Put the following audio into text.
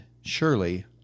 surely